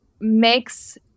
makes